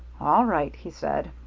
all right, he said.